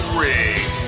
ring